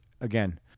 Again